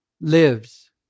lives